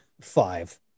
five